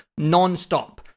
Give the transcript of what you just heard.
nonstop